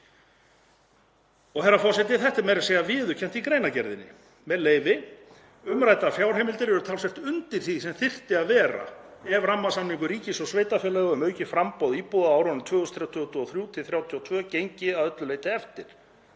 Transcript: Og, herra forseti, þetta er meira að segja viðurkennt í greinargerðinni, með leyfi: „Umræddar fjárheimildir eru talsvert undir því sem þyrfti að vera ef rammasamningur ríkis og sveitarfélaga um aukið framboð íbúða á árunum 2023–2032 gengi að öllu leyti eftir,